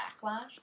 backlash